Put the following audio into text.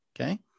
Okay